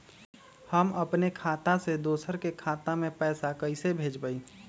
हम अपने खाता से दोसर के खाता में पैसा कइसे भेजबै?